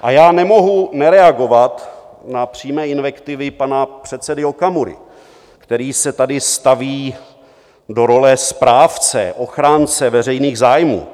A já nemohu nereagovat na přímé invektivy pana předsedy Okamury, který se tady staví do role správce, ochránce veřejných zájmů.